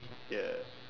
ya